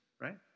right